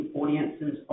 audiences